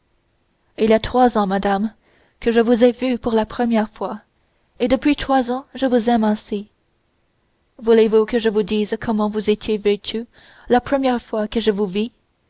il y a trois ans madame que je vous ai vue pour la première fois et depuis trois ans je vous aime ainsi voulez-vous que je vous dise comment vous étiez vêtue la première fois que je vous vis